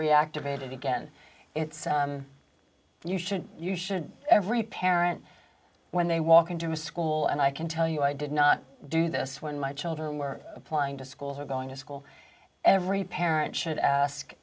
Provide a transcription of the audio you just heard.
reactivate it again it's you should you should every parent when they walk into a school and i can tell you i did not do this when my children were applying to school who are going to school every parent should ask